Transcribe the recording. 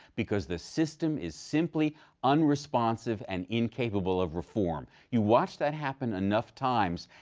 because the system is simply unresponsive and incapable of reform. you watch that happen enough times,